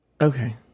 Okay